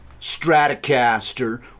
Stratocaster